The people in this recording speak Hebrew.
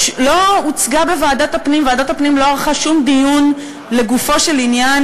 לא הוצגה בוועדת הפנים ועדת הפנים לא ערכה שום דיון לגופו של עניין,